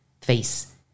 face